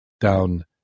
down